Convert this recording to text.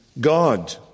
God